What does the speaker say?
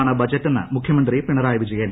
താണ് ബജറ്റെന്ന് മുഖ്യമന്ത്രി പിണറായി വിജയൻ